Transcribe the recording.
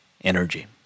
energy